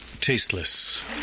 tasteless